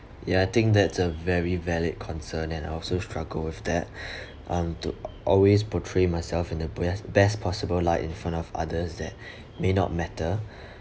ya I think that's a very valid concern and I also struggle with that um to always portray myself in the bes~ best possible light in front of others that may not matter